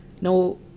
No